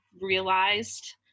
realized